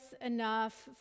enough